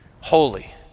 holy